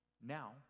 Now